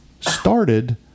started